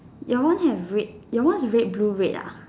your one have red your one is red blue red ah